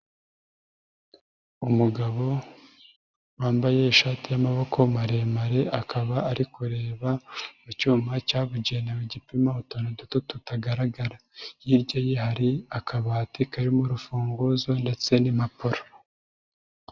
Umugabo wambaye ishati y'amaboko maremare, akaba ari kureba mu cyuma cyabugenewe gipima utuntu duto tutagaragara, hirya ye hari akabati karimo urufunguzo ndetse n'impapuro.